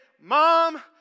mom